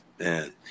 Man